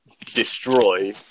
destroy